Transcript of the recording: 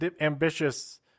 ambitious